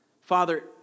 Father